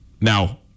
now